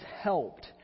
helped